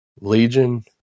Legion